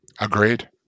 Agreed